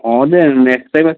ହଁ ଯେ next time